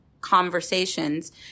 conversations